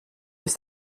ist